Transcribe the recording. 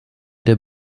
der